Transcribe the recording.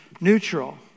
neutral